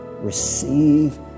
Receive